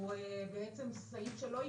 הוא סעיף שלא יפקע.